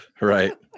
Right